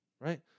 right